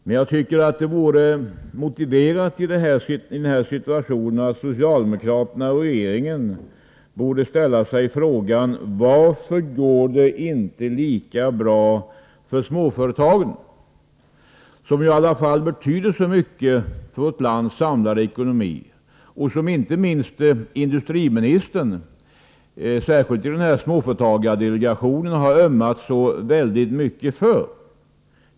Men jag tycker att det vore motiverat att socialdemokraterna och regeringen i den här situationen ställde sig frågan: Varför går det inte lika bra för småföretagen, som ju trots allt betyder så mycket för vårt lands ekonomi i stort och som inte minst industriministern, särskilt i småföretagardelegationen, har ömmat så väldigt mycket för?